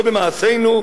לא במעשינו,